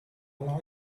light